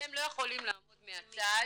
אתם לא יכולים לעמוד מהצד